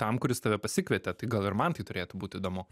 tam kuris tave pasikvietė tai gal ir man tai turėtų būti įdomu